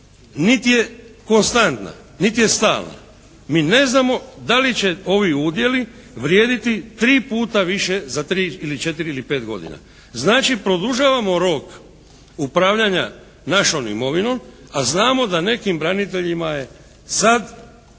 nit je konstantna, nit je stalna. Mi ne znamo da li će ovi udjeli vrijediti tri puta više za tri ili četiri ili pet godina. Znači produžavamo rok upravljanja našom imovinom, a znamo da nekim braniteljima je sad,